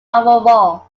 overall